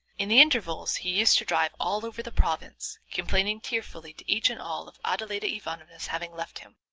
in the intervals he used to drive all over the province, complaining tearfully to each and all of adeladda ivanovna's having left him,